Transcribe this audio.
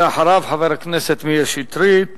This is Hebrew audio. אחריו, חבר הכנסת מאיר שטרית,